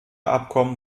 abkommen